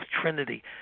Trinity